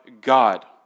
God